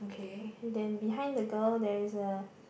okay then behind the girl there is a